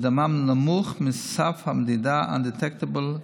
נמוך מסף המדידה, undetectable,